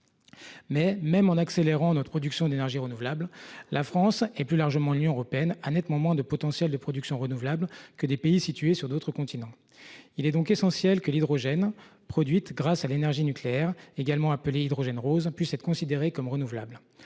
même en accélérant notre production d'énergie renouvelable, la France et plus largement l'Union européenne ont nettement moins de potentiel de production renouvelable que des pays situés sur d'autres continents. Il est donc essentiel que l'hydrogène produit grâce à l'énergie nucléaire, également appelé hydrogène rose, puisse être considéré comme renouvelable.